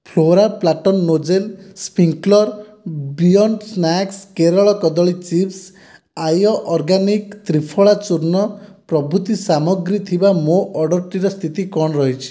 flora pattern nozzle sprinkler beyond snacks Kerala କଦଳୀ chips Arya organic triphala churna ପ୍ରଭୃତି ସାମଗ୍ରୀ ଥିବା ମୋ' ଅର୍ଡ଼ରଟିର ସ୍ଥିତି କ'ଣ ରହିଛି